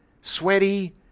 sweaty